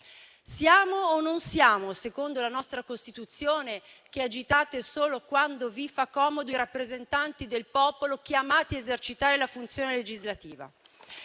Siamo o non siamo, secondo la nostra Costituzione, che agitate solo quando vi fa comodo, i rappresentanti del popolo chiamati ad esercitare la funzione legislativa?